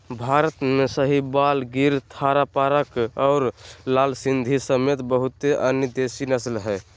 भारत में साहीवाल, गिर थारपारकर और लाल सिंधी समेत बहुते अन्य देसी नस्ल हइ